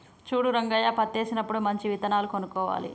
చూడు రంగయ్య పత్తేసినప్పుడు మంచి విత్తనాలు కొనుక్కోవాలి